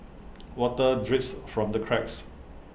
water drips from the cracks